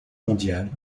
mondiales